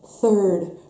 third